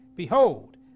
Behold